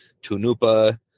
Tunupa